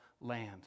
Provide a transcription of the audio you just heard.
land